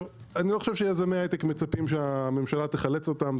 אני לא חושב שיזמי ההייטק מצפים שהממשלה תחלץ אותם.